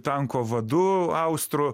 tanko vadu austru